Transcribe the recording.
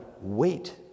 wait